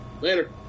Later